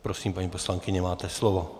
Prosím, paní poslankyně, máte slovo.